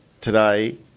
today